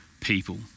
people